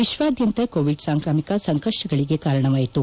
ವಿಶ್ವಾದ್ಯಂತ ಕೋವಿಡ್ ಸಾಂಕ್ರಾಮಿಕ ಸಂಕಷ್ಷಗಳಿಗೆ ಕಾರಣವಾಯಿತು